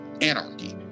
anarchy